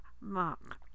mark